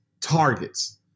targets